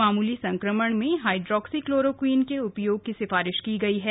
मामूली संक्रमण में हाइड्रोक्सीक्लोरोक्विन के उपयोग की सिफारिश की गई है